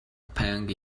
pang